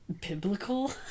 biblical